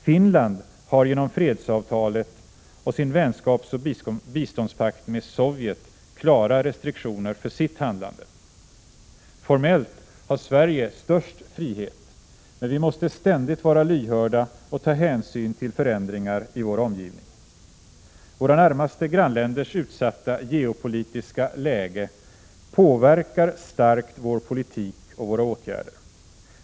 Finland har genom fredsavtalet och sin vänskapsoch biståndspakt med Sovjet klara restriktioner för sitt handlande. Formellt har Sverige störst frihet, men vi måste ständigt vara lyhörda och ta hänsyn till förändringar i vår omgivning. Våra närmaste grannländers utsatta geopolitiska läge påverkar starkt vår politik och våra åtgärder.